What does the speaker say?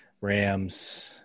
Rams